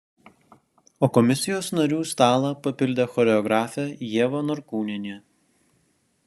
o komisijos narių stalą papildė choreografė ieva norkūnienė